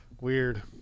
weird